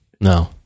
No